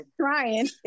trying